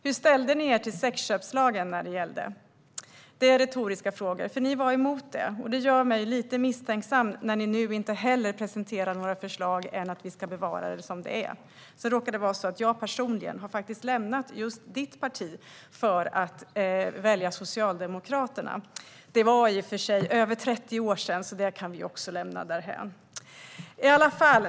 Hur ställde ni er till sexköpslagen när det gällde? Det är retoriska frågor, för ni var emot det. Det gör mig lite misstänksam när ni nu inte presenterar några andra förslag än att vi ska bevara det som det är. Sedan råkar det vara så att jag personligen har lämnat just ditt parti för att välja Socialdemokraterna. Det var i och för sig över 30 år sedan, så det kan vi också lämna därhän.